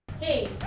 Hey